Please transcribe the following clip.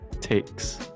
takes